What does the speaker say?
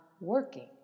working